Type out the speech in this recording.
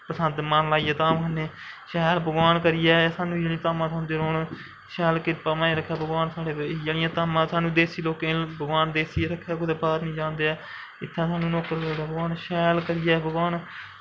पसंद मन लाइयै धाम खन्ने शैल भगवान करियै सानूं धामां थ्होंदियां रौह्न शैल कृपा बनाई रक्खै भगवान साढ़े पर इ'यै जेहियां धामां लोकें गी भगवान देस्सै च गै रौह्न देऐ कुदै बाह्र निं जान देऐ इत्थैं सानूं नौकरी देई ओड़ै भगवान शैल करियै